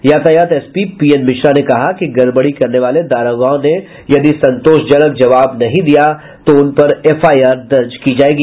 यातायात SP P N Mishra ने कहा कि गड़बड़ी करने वाले दारोगा ने यदि संतोषजनक जवाब नहीं दिया तो उन पर एफआईआर दर्ज की जायेगी